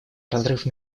разрыв